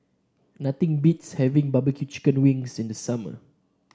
nothing beats having barbecue Chicken Wings in the summer